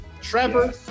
trevor